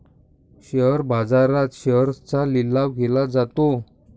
share बाजारात शेअर्सचा लिलाव केला जातो